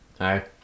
Hi